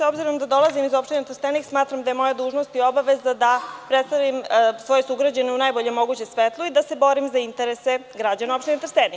Obzirom da dolazim iz opštine Trstenik, smatram da je moja dužnost i obaveza da predstavim svoje sugrađane u najboljem mogućem svetlu i da se borim za interese građana opštine Trstenik.